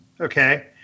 Okay